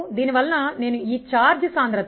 l j aEjlaE